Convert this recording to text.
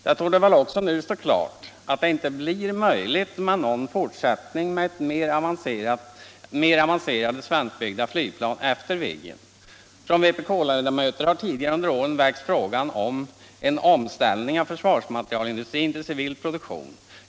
Det torde väl nu stå ganska klart att det inte blir möjligt med någon fortsättning med än mer avancerade svenskbyggda flygplan efter Viggen. Från vpk-ledamöter har tidigare under åren väckts frågan om en omställning av försvarsmaterialindustrin till civil produktion.